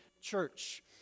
church